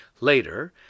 Later